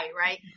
right